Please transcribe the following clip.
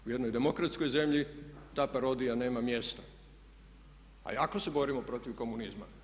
U jednoj demokratskoj zemlji ta parodija nema mjesta a jako se borimo protiv komunizma.